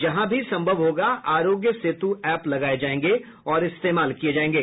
जहां भी संभव होगा आरोग्य सेतु एप लगाए जाएंगे और इस्तेमाल किए जाएंगे